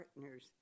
partners